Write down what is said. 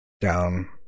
Down